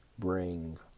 bring